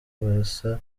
basa